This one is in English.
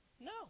No